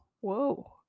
whoa